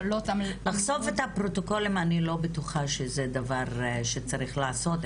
לחשוף את הפרוטוקולים אני לא בטוחה שזה דבר שצריך לעשות.